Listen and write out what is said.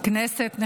הכנסת,